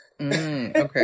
Okay